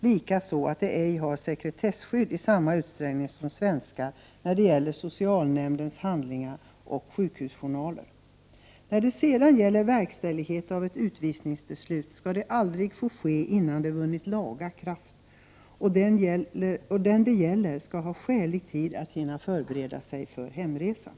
Dessutom har flyktingarna inte sekretesskydd i samma utsträckning som svenskar när det gäller socialnämndens handlingar och sjukhusjournaler. När det sedan gäller verkställigheten av ett utvisningsbeslut skall sådan aldrig få ske innan beslutet har vunnit laga kraft. Den det gäller skall ha skälig tid på sig för förberedelser inför hemresan.